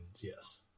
yes